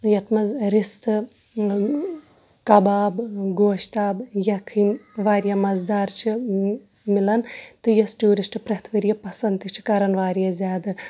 یَتھ منٛز رِستہٕ کَباب گۄشتابہٕ یَکھٕنۍ واریاہ مَزٕ دار چھِ مَلان تہٕ یُس ٹوٗرِسٹ پرٮ۪تھ ؤریہِ پسند تہِ چھ کران واریاہ زیادٕ